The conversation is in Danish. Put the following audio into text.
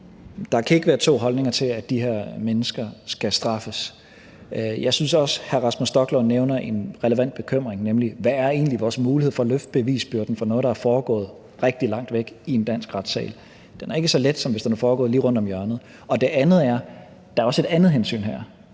Der kan ikke være to holdninger til, at de her mennesker skal straffes. Jeg synes også, hr. Rasmus Stoklund nævner en relevant bekymring, nemlig hvad vores mulighed for at løfte bevisbyrden for noget, der er foregået rigtig langt væk, i en dansk retssal egentlig er. Det er ikke så let, som hvis det er foregået lige rundt om hjørnet. Det andet er, at der her også er et ekstra